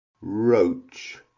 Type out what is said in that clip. roach